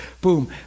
boom